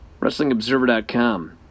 WrestlingObserver.com